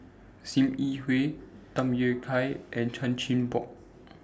SIM Yi Hui Tham Yui Kai and Chan Chin Bock